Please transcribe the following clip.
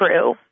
true